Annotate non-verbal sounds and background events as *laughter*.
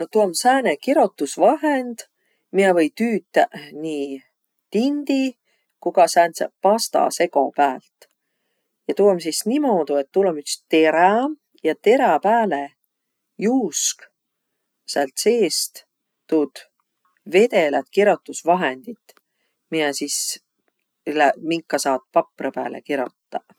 No tuu om sääne kirotusvahend, miä või tüütäq nii tindi ku ka sääntse pastasego päält. Ja tuu om sis niimoodu, et tuul om üts terä ja terä pääle juusk säält seest tuud vedelät kirotusvahendit, miä sis *hesitation* minka saat paprõ pääle kirotaq.